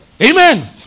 Amen